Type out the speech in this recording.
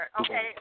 Okay